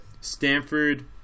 Stanford